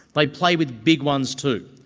like play with big ones too.